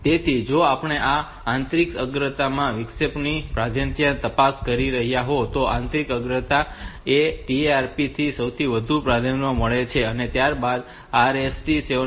તેથી જો આપણે આ આંતરિક અગ્રતામાં આ વિક્ષેપની પ્રાધાન્યતામાં તપાસ કરીએ તો તે આંતરિક અગ્રતા છે જેથી TRAP ને સૌથી વધુ પ્રાધાન્યતા મળી છે અને ત્યારબાદ RST 7